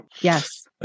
Yes